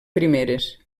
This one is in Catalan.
primeres